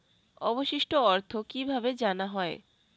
অবশিষ্ট অর্থ কিভাবে জানা হয়?